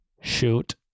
Shoot